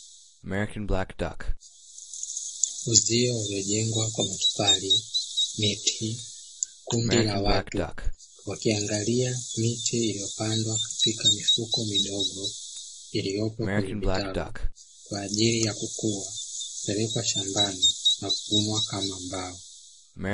Ujio uliojengwa kwa matofali, miti, kundi la watu wakiangalia miti iliyopandwa katika mifuko midogo iliyopo kwenye vitalu, kwaajili ya kukua kupelekwa shambani na kununua kama mbao.